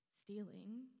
stealing